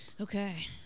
Okay